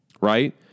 right